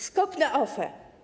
Skok na OFE.